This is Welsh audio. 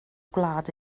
gwlad